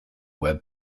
web